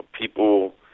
people